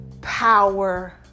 power